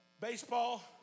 baseball